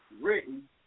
written